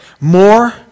more